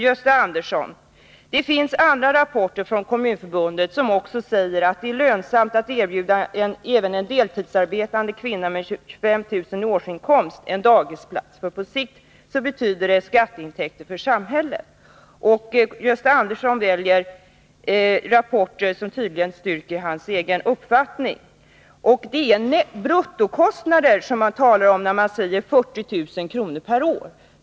Gösta Andersson! Det finns andra rapporter från Kommunförbundet som säger att det är lönsamt att erbjuda även en deltidsarbetande kvinna med 25 000 kr. i årsinkomst en daghemsplats för hennes barn, för på sikt betyder det skatteintäkter för samhället. Gösta Andersson väljer tydligen rapporter som styrker hans egen uppfattning. Det är bruttokostnader man talar om när man nämner 40 000 kr. per år.